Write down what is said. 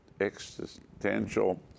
existential